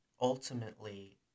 ultimately